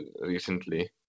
recently